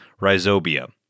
rhizobia